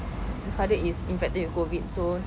father is infected with COVID so